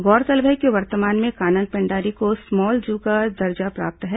गौरतलब है कि वर्तमान में कानन पेंडारी को स्मॉल जू का दर्जा प्राप्त है